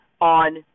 on